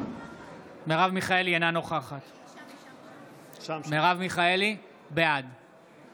אינה נוכחת יונתן מישרקי, נגד חנוך